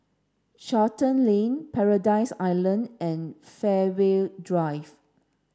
Charlton Lane Paradise Island and Fairway Drive